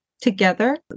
together